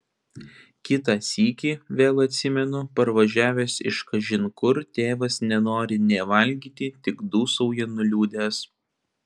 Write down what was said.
kitą sykį vėl atsimenu parvažiavęs iš kažin kur tėvas nenori nė valgyti tik dūsauja nuliūdęs